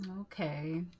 Okay